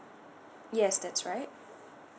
yes that's right